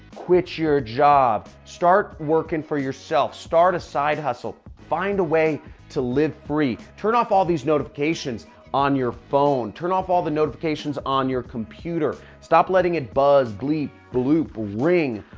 quit your job. start working for yourself. start a side hustle. find a way to live free. turn off all these notifications on your phone. turn off all the notifications on your computer. stop letting it buzz, bleep bloop, ring.